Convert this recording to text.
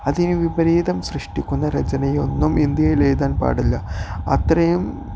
അതിന് വിപരീതം സൃഷ്ടിക്കുന്ന രചനയൊന്നും ഇന്ത്യയിൽ എഴുതാൻ പാടില്ല അത്രയും